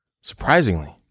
Surprisingly